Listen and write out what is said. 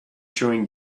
chewing